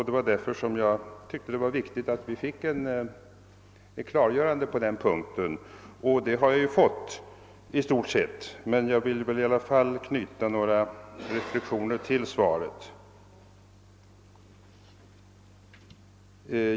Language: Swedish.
Det var därför jag tyckte det var viktigt att få ett klargörande på den punkten, och det har jag fått nu i stort sett. Men jag vill i alla fall knyta några reflexioner till svaret.